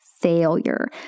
failure